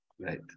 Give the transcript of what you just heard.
Right